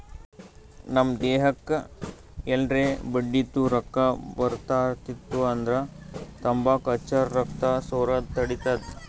ನಮ್ ದೇಹಕ್ಕ್ ಎಲ್ರೆ ಬಡ್ದಿತ್ತು ರಕ್ತಾ ಬರ್ಲಾತಿತ್ತು ಅಂದ್ರ ತಂಬಾಕ್ ಹಚ್ಚರ್ ರಕ್ತಾ ಸೋರದ್ ತಡಿತದ್